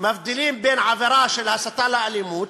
מבדילים בין עבירה של הסתה לאלימות,